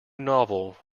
novel